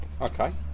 Okay